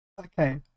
Okay